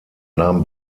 nahm